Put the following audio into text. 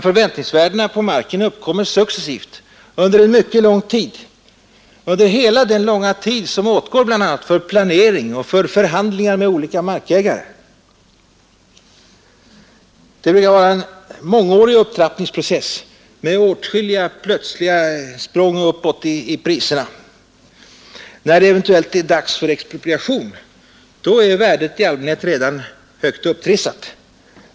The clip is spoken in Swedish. Förväntningsvärdena på marken uppkommer successivt under en mycket lång tid, under hela den långa tid bl.a. som åtgår för planering och förhandlingar med olika markägare. Det brukar vara en mångårig upptrappningsprocess med åtskilliga plötsliga språng uppåt i priserna. När det blir dags för expropriation då är värdet redan högt upptrissat.